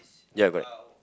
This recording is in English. ya but